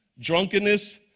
drunkenness